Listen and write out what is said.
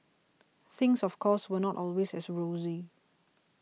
things of course were not always as rosy